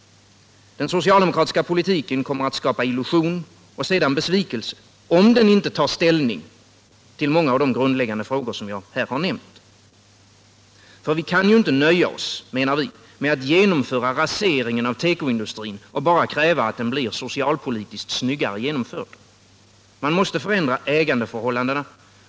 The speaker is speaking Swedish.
Den socialdemokratiska politiken kommer att skapa illusion och sedan besvikelse, om den inte tar ställning till många av de grundläggande frågor som jag här har nämnt. Vi menar att man inte kan nöja sig med att genomföra raseringen av tekoindustrin och bara kräva att den blir socialpolitiskt snyggare genomförd. Man måste förändra ägandeförhållandena.